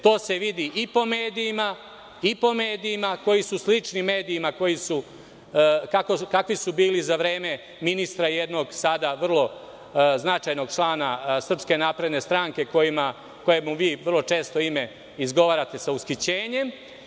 To se vidi i po medijima, i po medijima koji su slični medijima kakvi su bili za vreme ministra jednog, sada vrlo značajnog člana SNS kojem vi vrlo često izgovarate ime sa ushićenjem.